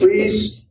Please